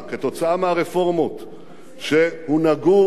כתוצאה מהרפורמות שהונהגו,